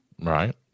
Right